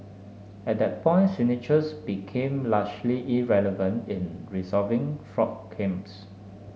at that point signatures became largely irrelevant in resolving fraud claims